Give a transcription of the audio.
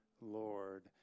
Lord